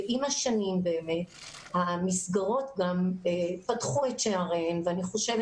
עם השנים באמת המסגרות פתחו את שעריהן ואני חושבת